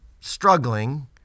struggling